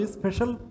special